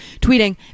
tweeting